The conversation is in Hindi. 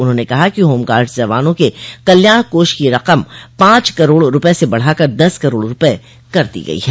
उन्होंने कहा कि होमगार्ड्स जवानों के कल्याण कोष की रकम पांच करोड़ रूपये से बढ़ाकर दस करोड़ रूपये कर दी गई है